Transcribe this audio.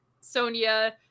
Sonia